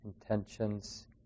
intentions